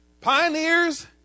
Pioneers